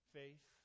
faith